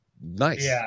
nice